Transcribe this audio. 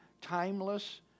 timeless